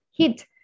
hit